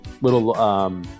little